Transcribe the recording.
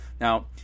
Now